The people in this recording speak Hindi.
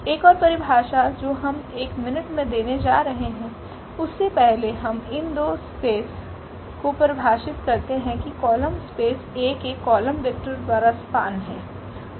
एक और परिभाषा जो हम एक मिनट में देने जा रहे हैं उससे पहले हम इन दो स्पेसस को परिभाषित करते हैं कि कॉलम स्पेस A के कॉलम वेक्टर द्वारा स्पेन है